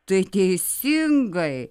tai teisingai